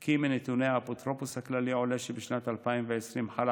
כי מנתוני האפוטרופוס הכללי עולה שבשנת 2020 חלה